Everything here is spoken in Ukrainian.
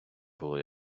було